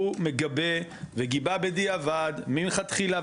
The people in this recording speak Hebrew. הוא מגבה וגיבה בדיעבד מלכתחילה,